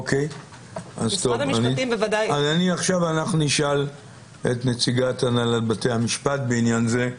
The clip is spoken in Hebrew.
אז אנחנו נשאל את נציגת הנהלת בתי המשפט בעניין זה,